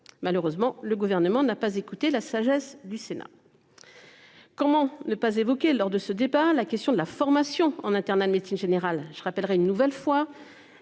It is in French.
Malheureusement, le gouvernement n'a pas écouté la sagesse du Sénat. Comment ne pas évoquer lors de ce départ. La question de la formation en internat de médecine générale je rappellerai une nouvelle fois